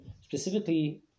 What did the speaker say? specifically